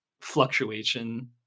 fluctuation